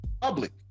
public